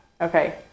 Okay